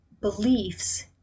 beliefs